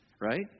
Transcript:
right